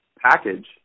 package